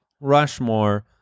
Rushmore